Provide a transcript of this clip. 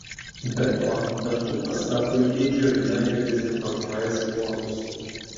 be to dantų pasta puikiai džiovina ir dezinfekuoja spuogus